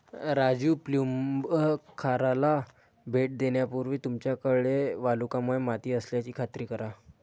राजू प्लंबूखाराला भेट देण्यापूर्वी तुमच्याकडे वालुकामय माती असल्याची खात्री करा